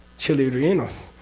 chili rellenos.